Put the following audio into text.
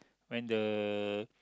when the